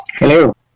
Hello